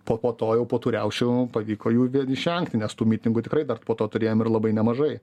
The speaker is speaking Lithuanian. po po to jau po tų riaušių pavyko jų išvengti nes tų mitingų tikrai dar po to turėjom ir labai nemažai